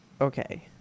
Okay